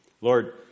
Lord